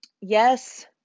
Yes